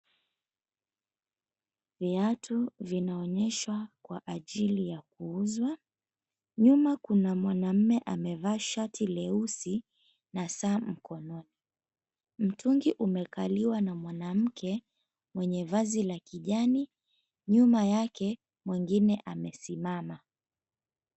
Viatu vinaonyeshwa kwa ajili ya kuuzwa. Nyuma kuna mwanamume amevaa shati leusi na saa mkononi. Mtungi umekaliwa na mwanamke mwenye vazi la kijani, nyuma yake mwingine amesimama.